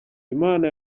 imana